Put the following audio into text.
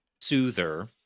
soother